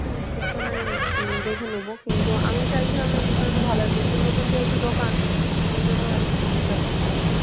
হুম সে তো নয় দেখে নেব কিন্তু আমি চাইছিলাম যে দুধটা একটু ভালো হয় নতুন নতুন যেহেতু দোকান সেই জন্য আর কি জিজ্ঞাসা করছিলাম